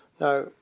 Now